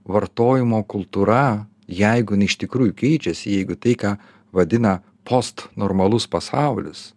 vartojimo kultūra jeigu jinai iš tikrųjų keičiasi jeigu tai ką vadina post normalus pasaulis